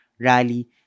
rally